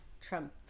trump